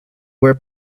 were